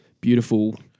beautiful